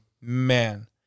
man